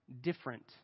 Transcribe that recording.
different